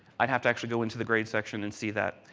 i had have to actually go into the grade section and see that.